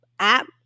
app